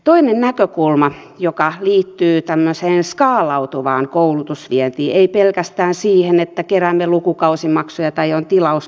toinen näkökulma joka liittyy tämmöiseen skaalautuvaan koulutusvientiin ei pelkästään siihen että keräämme lukukausimaksuja tai on tilauskoulutusta